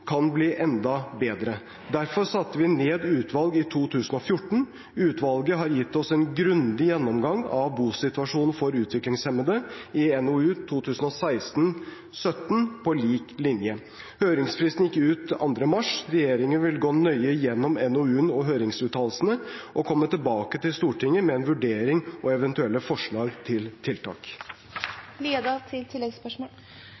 kan bli enda bedre. Derfor satte vi ned et utvalg i 2014. Utvalget har gitt oss en grundig gjennomgang av bosituasjonen for utviklingshemmede i NOU 2016:17 På lik linje. Høringsfristen gikk ut 2. mars. Regjeringen vil gå nøye gjennom NOU-en og høringsuttalelsene og komme tilbake til Stortinget med en vurdering og eventuelle forslag til